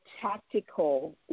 tactical